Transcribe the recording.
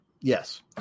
yes